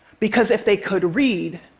because if they could read,